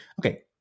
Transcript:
Okay